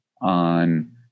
on